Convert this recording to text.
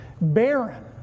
barren